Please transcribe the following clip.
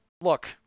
Look